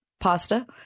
pasta